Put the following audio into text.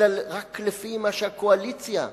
אלא רק לפי מה שהקואליציה מחייבת,